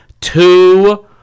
Two